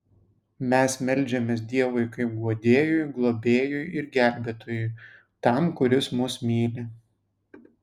mes meldžiamės dievui kaip guodėjui globėjui ir gelbėtojui tam kuris mus myli